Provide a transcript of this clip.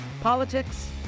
Politics